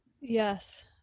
Yes